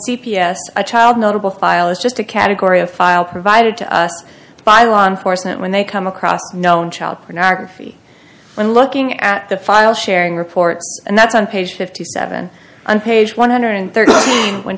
s a child notable file is just a category of file provided to us by law enforcement when they come across a known child pornography when looking at the file sharing reports and that's on page fifty seven on page one hundred and thirteen when